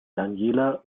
daniela